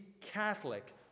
Catholic